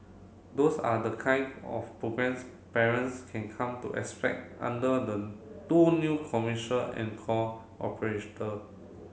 those are the kind of programmes parents can come to expect under the two new commercial anchor